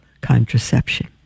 contraception